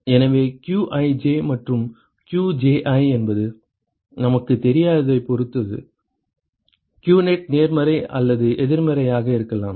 எனவே qij மற்றும் qji என்பது நமக்குத் தெரியாததைப் பொறுத்து qnet நேர்மறை அல்லது எதிர்மறையாக இருக்கலாம்